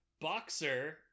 boxer